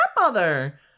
stepmother